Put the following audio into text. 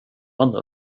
andra